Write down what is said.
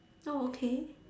oh okay